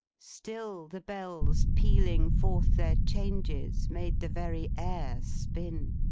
still the bells, pealing forth their changes, made the very air spin.